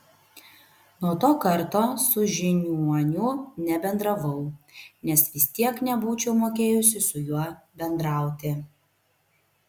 nuo to karto su žiniuoniu nebendravau nes vis tiek nebūčiau mokėjusi su juo bendrauti